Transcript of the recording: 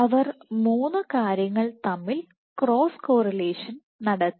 അവർ മൂന്ന് കാര്യങ്ങൾ തമ്മിൽ ക്രോസ് കോറിലേഷൻ നടത്തി